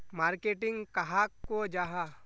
Marketing कहाक को जाहा?